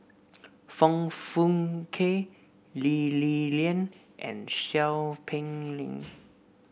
Foong Fook Kay Lee Li Lian and Seow Peck Leng